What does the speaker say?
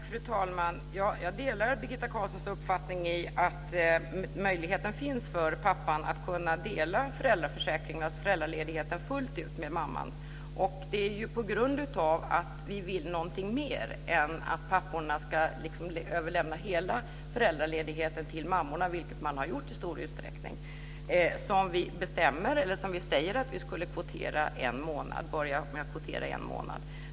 Fru talman! Jag delar Birgitta Carlssons uppfattning att möjligheten finns för pappan att dela föräldraledigheten fullt ut med mamman. Och det är ju på grund av att vi vill någonting mer än att papporna ska överlämna hela föräldraledigheten till mammorna, vilket de i stor utsträckning har gjort, som vi sade att vi skulle börja med att kvotera en månad.